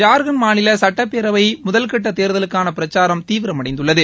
ஜார்க்கண்ட் சுட்டப்பேரவை முதல்கட்ட தேர்தலுக்கான பிரச்சாரம் தீவிரமடைந்துள்ளது